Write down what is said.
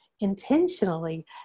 intentionally